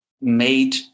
made